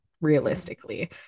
realistically